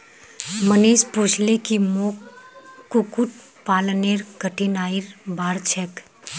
मनीष पूछले की मोक कुक्कुट पालनेर कठिनाइर बार छेक